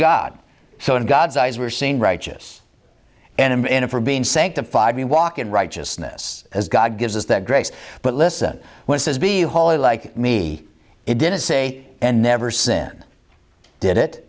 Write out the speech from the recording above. god so in god's eyes were seen righteous and in a for being sanctified we walk in righteousness as god gives us that grace but listen when says be holy like me it didn't say and never sin did it